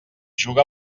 juga